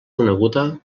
coneguda